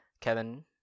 Kevin